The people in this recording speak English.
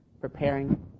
preparing